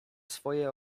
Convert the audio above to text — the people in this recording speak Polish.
swoje